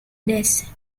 this